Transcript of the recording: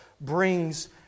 brings